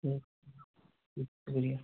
اوک شکریہ